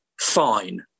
fine